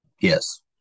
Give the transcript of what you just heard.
Yes